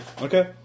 Okay